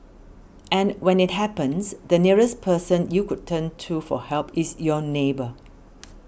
and when it happens the nearest person you could turn to for help is your neighbour